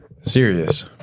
serious